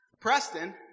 Preston